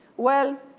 well,